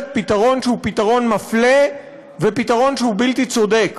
פתרון שהוא פתרון מפלה ופתרון שהוא בלתי צודק.